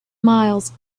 miles